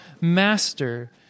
master